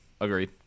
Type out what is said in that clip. Agreed